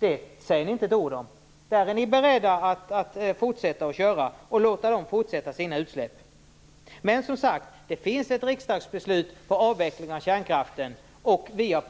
Ni säger inte ett ord om det. Där är ni beredda att låta bilarna köra och fortsätta med sina utsläpp. Det finns ett riksdagsbeslut om avveckling av kärnkraften, och vi har